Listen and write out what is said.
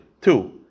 Two